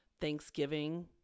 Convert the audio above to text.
Thanksgiving